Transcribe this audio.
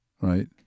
right